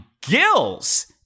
gills